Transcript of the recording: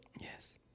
yes